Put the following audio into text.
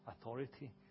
authority